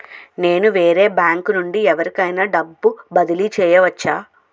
నేను వేరే బ్యాంకు నుండి ఎవరికైనా డబ్బు బదిలీ చేయవచ్చా?